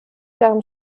deren